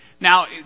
Now